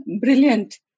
Brilliant